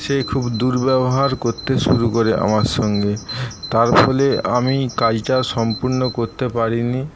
সে খুব দুর্ব্যবহার করতে শুরু করে আমার সঙ্গে তার ফলে আমি কাজটা সম্পূর্ণ করতে পারিনি